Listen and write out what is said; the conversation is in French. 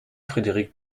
frédéric